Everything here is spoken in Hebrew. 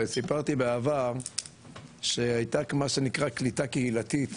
סיפרתי בעבר שהייתה מה שנקרא קליטה קהילתית